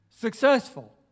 successful